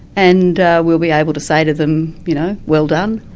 and we'll be able to say to them, you know well done,